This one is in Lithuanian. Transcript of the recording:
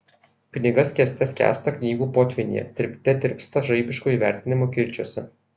knyga skęste skęsta knygų potvynyje tirpte tirpsta žaibiškų įvertinimų kirčiuose